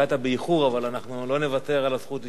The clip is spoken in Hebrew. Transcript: אבל אנחנו לא נוותר על הזכות לשמוע את דבריך.